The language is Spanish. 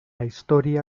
historia